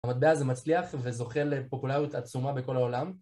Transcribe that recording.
המטבע הזה מצליח וזוכה לפופולריות עצומה בכל העולם